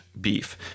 beef